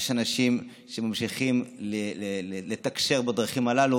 יש אנשים שממשיכים לתקשר בדרכים הללו